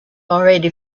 already